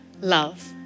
Love